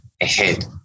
ahead